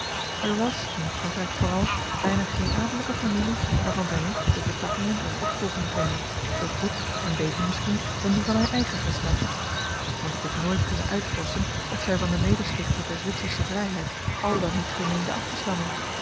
er was in frankrijk vooral bijna geen adellijke familie waarvan zij niet de vertakkingen en opvolging kende zoo goed en beter misschien dan die van haar eigen geslacht want ik heb nooit kunnen uitvorschen of zij van den medestichter der zwitsersche vrijheid al dan niet vermeende af te stammen